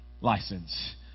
license